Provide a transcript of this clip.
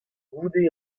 goude